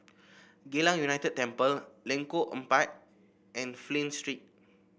Geylang United Temple Lengkok Empat and Flint Street